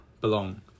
belong